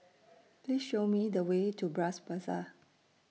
Please Show Me The Way to Bras Basah